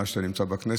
מאז שאתה נמצא בכנסת,